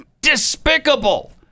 despicable